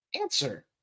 answer